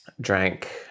drank